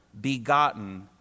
begotten